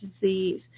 disease